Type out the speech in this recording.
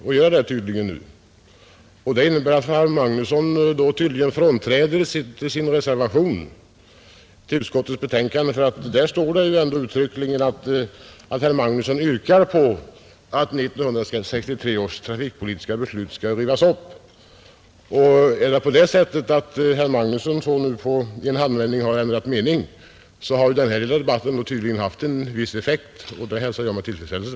Det innebär tydligen att herr Magnusson frånträder sin reservation till utskottets betänkande, för i den yrkar han ju uttryckligen på att 1963 års trafikpolitiska beslut skall rivas upp. Om herr Magnusson nu i en handvändning har ändrat mening, så tycks den här lilla debatten ha haft en viss effekt, och det hälsar jag med tillfredsställelse.